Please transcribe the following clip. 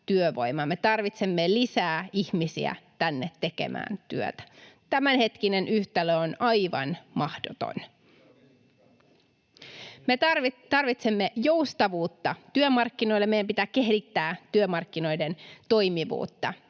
Me tarvitsemme lisää ihmisiä tänne tekemään työtä. Tämänhetkinen yhtälö on aivan mahdoton. [Arto Pirttilahti: Mikä on esitys ratkaisuksi?] Me tarvitsemme joustavuutta työmarkkinoille. Meidän pitää kehittää työmarkkinoiden toimivuutta.